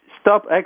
stop